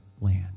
land